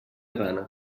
gana